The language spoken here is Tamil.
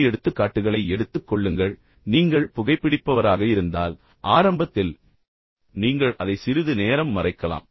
மற்ற எடுத்துக்காட்டுகளை எடுத்துக் கொள்ளுங்கள் எடுத்துக்காட்டாக நீங்கள் புகைப்பிடிப்பவராக இருந்தால் பின்னர் தொடர்ந்து புகைப்பிடிப்பவர் எனவே ஆரம்பத்தில் நீங்கள் அதை சிறிது நேரம் மறைக்கலாம்